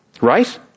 Right